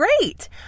great